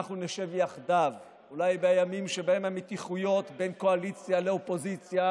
שתישאר הרבה זמן באופוזיציה